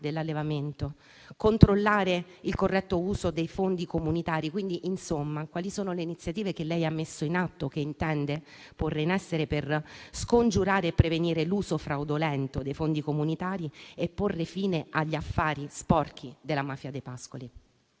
dell'allevamento, controllare il corretto uso dei fondi comunitari; quali sono, in sostanza, le iniziative che lei ha messo in atto o che intende porre in essere per scongiurare e prevenire l'uso fraudolento dei fondi comunitari e porre fine agli affari sporchi della mafia dei pascoli.